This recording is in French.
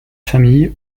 famille